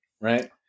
Right